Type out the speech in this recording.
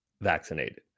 vaccinated